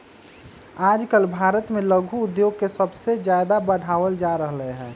आजकल भारत में लघु उद्योग के सबसे ज्यादा बढ़ावल जा रहले है